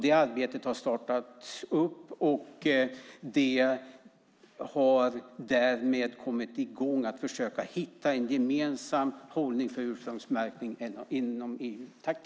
Det arbetet har startats upp, och man har därmed kommit i gång med att försöka hitta en gemensam hållning till ursprungsmärkning inom EU.